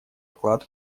вклад